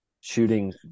shooting